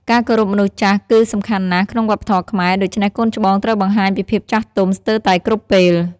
ការគោរពមនុស្សចាស់គឺសំខាន់ណាស់ក្នុងវប្បធម៌ខ្មែរ ដូច្នេះកូនច្បងត្រូវបង្ហាញពីភាពចាស់ទុំស្ទើតែគ្រប់ពេល។